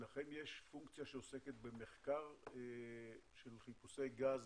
לכם יש פונקציה שעוסקת במחקר של חיפושי גז